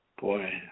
boy